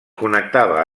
connectava